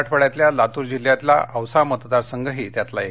मराठवाङ्यातल्या लातूर जिल्ह्यातला औसा मतदारसंघही त्यातला एक